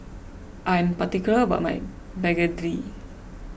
I'm particular about my Begedil